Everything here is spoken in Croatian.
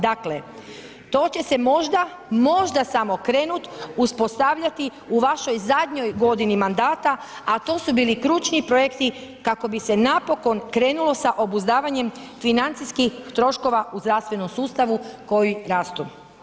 Dakle, to će se možda samo krenut uspostavljati u vašoj zadnjoj godini mandata a to su bili ključni projekti kako bi se napokon krenulo sa obuzdavanjem financijskih troškova u zdravstvenom sustavu koji rastu.